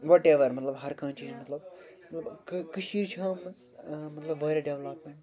وَٹ اٮ۪ور مطلب ہَر کانہہ چھُ مطلب کٔہ کٔشیٖرِ چھُ مطلب واریاہ دٮ۪ولَپمٮ۪نٹ